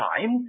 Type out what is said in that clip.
time